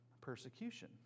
persecution